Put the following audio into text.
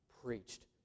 preached